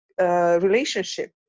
relationship